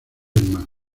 más